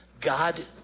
God